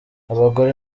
abagore